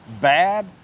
bad